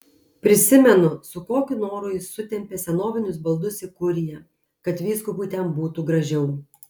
prisimenu su kokiu noru jis sutempė senovinius baldus į kuriją kad vyskupui ten būtų gražiau